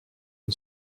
une